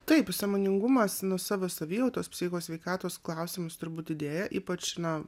taip sąmoningumas nuo savo savijautos psicho sveikatos klausimas turbūt didėja ypač na